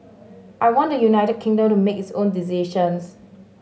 I want the United Kingdom to make its own decisions